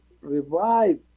revive